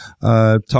Talk